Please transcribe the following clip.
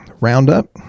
Roundup